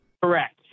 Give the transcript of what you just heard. Correct